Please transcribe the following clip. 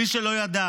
מי שלא יודע,